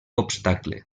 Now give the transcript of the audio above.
obstacle